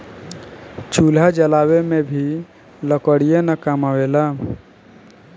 चूल्हा जलावे में भी लकड़ीये न काम आवेला